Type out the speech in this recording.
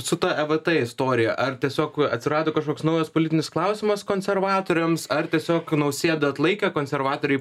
su ta evt istorija ar tiesiog atsirado kažkoks naujas politinis klausimas konservatoriams ar tiesiog nausėda atlaikė konservatoriai